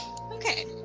Okay